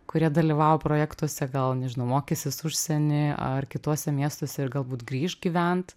kurie dalyvavo projektuose gal nežinau mokysis užsieny ar kituose miestuose ir galbūt grįš gyvent